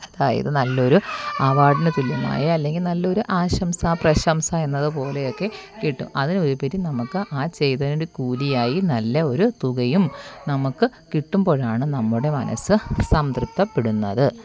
അതായത് നല്ലൊരു അവാർഡിന് തുല്യമായ അല്ലെങ്കിൽ നല്ല ഒരു ആശംസ പ്രശംസ എന്നത് പോലെയൊക്കെ കിട്ടും അതിനുപരി നമുക്ക് ആ ചെയ്തതിൻ്റെ കൂലി ആയി നല്ല ഒരു തുകയും നമുക്ക് കിട്ടുമ്പോഴാണ് നമ്മുടെ മനസ്സ് സംതൃപ്തിപ്പെടുന്നത്